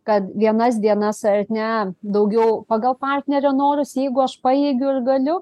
kad vienas dienas ar ne daugiau pagal partnerio norus jeigu aš pajėgiu ir galiu